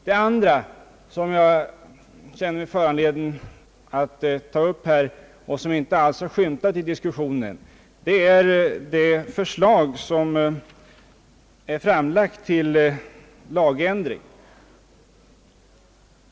Den andra punkt, som jag känner mig föranledd att ta upp och som inte har diskuterats här tidigare, är det förslag till lagändring som finns i motionerna.